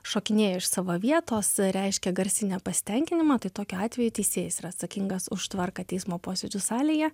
šokinėjo iš savo vietos reiškė garsiai nepasitenkinimą tai tokiu atveju teisėjas yra atsakingas už tvarką teismo posėdžių salėje